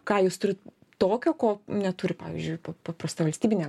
ką jūs turit tokio ko neturi pavyzdžiui paprasta valstybinė